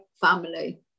family